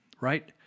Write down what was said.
right